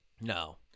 No